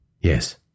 Yes